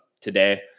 today